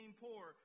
poor